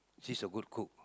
she's a good cook